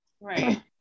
Right